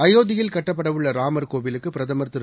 அயோத்தியில் கட்டப்படவுள்ள ராமர் கோவிலுக்கு பிரதமர் திரு